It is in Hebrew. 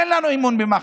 אין לנו אמון במח"ש,